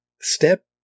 step